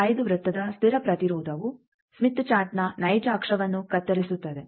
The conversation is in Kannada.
5 ವೃತ್ತದ ಸ್ಥಿರ ಪ್ರತಿರೋಧವು ಸ್ಮಿತ್ ಚಾರ್ಟ್ನ ನೈಜ ಅಕ್ಷವನ್ನು ಕತ್ತರಿಸುತ್ತದೆ